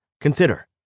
Consider